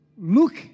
look